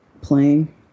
playing